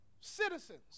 citizens